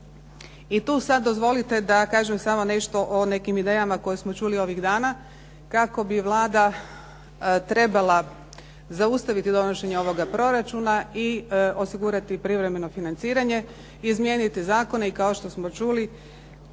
I tu sad dozvolite da kažem samo nešto o nekim idejama koje smo čuli ovih dana kako bi Vlada trebala zaustaviti donošenje ovoga proračuna i osigurati privremeno financiranje, izmijeniti zakone i kao što smo čuli